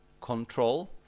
control